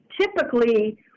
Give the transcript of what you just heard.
Typically